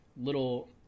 little